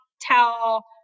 tell